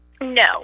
No